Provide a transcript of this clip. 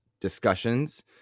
discussions